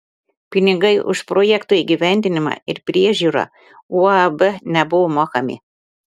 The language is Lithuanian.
pinigai už projekto įgyvendinimą ir priežiūrą uab nebuvo mokami